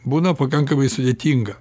būna pakankamai sudėtinga